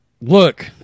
look